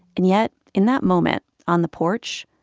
and yet in that moment on the porch,